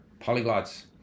polyglots